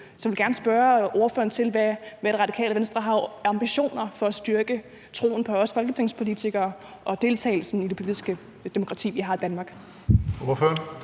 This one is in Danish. Så jeg vil gerne spørge ordføreren, hvad Radikale Venstre har af ambitioner for at styrke troen på os folketingspolitikere og deltagelsen i det politiske demokrati, vi har i Danmark.